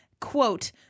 quote